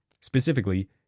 Specifically